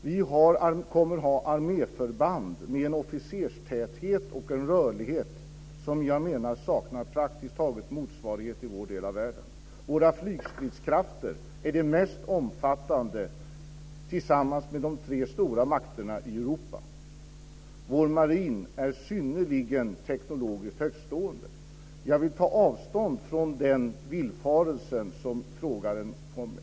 Vi kommer att ha arméförband med en officerstäthet och en rörlighet som jag menar praktiskt taget saknar motsvarighet i vår del av världen. Våra flygstridskrafter är de mest omfattande, tillsammans med de tre stora makterna i Europa. Vår marin är teknologiskt synnerligen högtstående. Jag vill ta avstånd från den villfarelse som frågaren kom med.